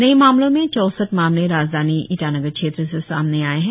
नए मामलो में चौसठ मामले राजधानी ईटानगर क्षेत्र से सामने आए है